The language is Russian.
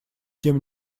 тем